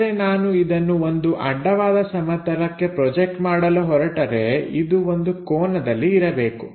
ಅಂದರೆ ನಾನು ಇದನ್ನು ಒಂದು ಅಡ್ಡವಾದ ಸಮತಲಕ್ಕೆ ಪ್ರೊಜೆಕ್ಟ್ ಮಾಡಲು ಹೊರಟರೆ ಇದು ಒಂದು ಕೋನದಲ್ಲಿ ಇರಬೇಕು